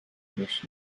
beş